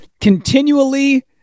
continually